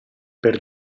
per